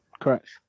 Correct